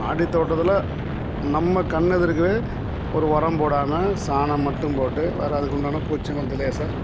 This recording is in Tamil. மாடித்தோட்டத்தில் நம்ம கண் எதிர்க்கவே ஒரு உரம் போடாமல் சாணம் மட்டும் போட்டு வேறு அதுக்குண்டான பூச்சி மருந்து லேசாக